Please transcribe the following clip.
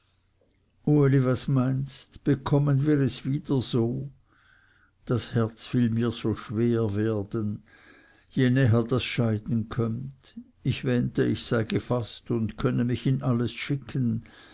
was meinst bekommen wir es wieder so das herz will mir so schwer werden je näher das scheiden kömmt ich wähnte ich sei gefaßt und könne mich in alles schicken